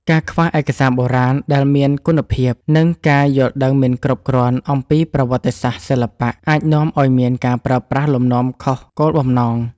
ការខ្វះឯកសារបុរាណដែលមានគុណភាព និងការយល់ដឹងមិនគ្រប់គ្រាន់អំពីប្រវត្តិសាស្ត្រសិល្បៈអាចនាំឲ្យមានការប្រើប្រាស់លំនាំខុសគោលបំណង។